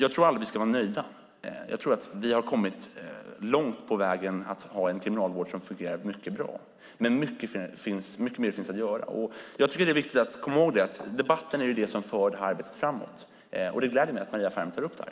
Vi ska aldrig vara nöjda. Jag tror att vi har kommit långt på vägen att ha en kriminalvård som fungerar mycket bra, men mycket mer finns att göra. Det är viktigt att komma ihåg att debatten är det som för detta arbete framåt, och det gläder mig att Maria Ferm tar upp detta.